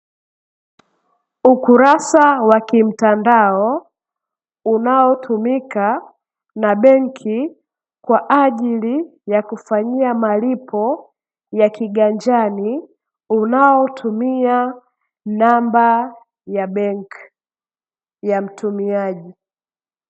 Ukurasa wa kimtandao unaotumika na benki kwa ajili ya kufanyia malipo ya kiganjani unaotumia namba ya benki ya mtumiaji.